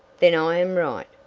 then i am right,